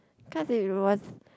cause it was